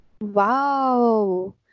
Wow